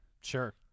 Sure